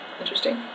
Interesting